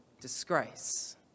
disgrace